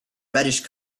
reddish